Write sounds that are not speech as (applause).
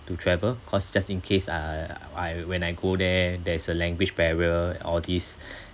to travel cause just in case uh I when I go there there's a language barrier and all these (breath)